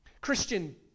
Christian